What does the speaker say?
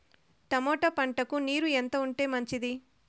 Tomato పంటకు నీరు ఎంత ఉంటే మంచిది?